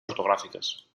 ortogràfiques